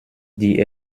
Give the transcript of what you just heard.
die